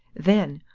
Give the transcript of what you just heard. then,